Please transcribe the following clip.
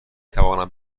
توانم